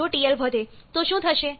જો TL વધે તો શું થશે